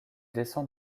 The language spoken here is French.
descend